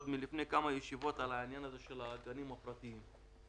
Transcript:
לפני כמה ישיבות דיברנו על נושא הגנים הפרטיים.